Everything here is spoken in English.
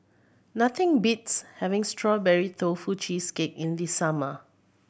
nothing beats having Strawberry Tofu Cheesecake in the summer